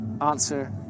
answer